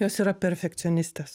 jos yra perfekcionistės